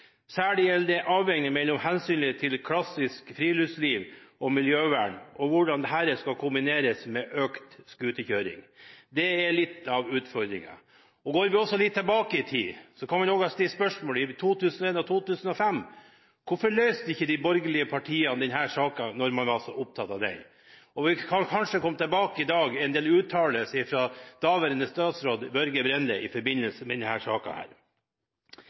Særlig er det avveininger mellom hensynet til klassisk friluftsliv og miljøvern, og hvordan det skal kombineres med økt scooterkjøring. Det er litt av utfordringen. Går vi litt tilbake i tid, så kan vi stille spørsmålet: Hvorfor løste ikke de borgerlige partiene denne saken i 2001 og 2005 når de var så opptatt av den? Vi kan kanskje komme tilbake i dag til en del uttalelser fra daværende statsråd Børge Brende i forbindelse med